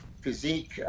physique